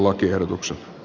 lakiehdotuksen